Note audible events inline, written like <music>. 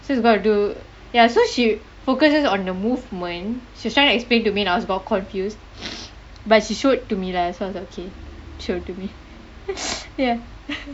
so ya so she focuses on the movement she was trying to explain to me and I also got confused but she showed to me lah so I was like okay show it to me <noise> ya